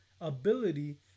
ability